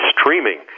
streaming